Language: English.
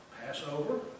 Passover